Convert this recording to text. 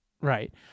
Right